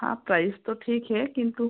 हाँ प्राइज़ तो ठीक है किन्तु